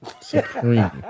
Supreme